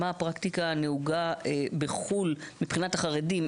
מה הפרקטיקה הנהוגה בחו"ל מבחינת החרדים,